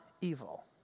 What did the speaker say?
evil